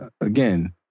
Again